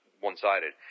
one-sided